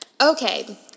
Okay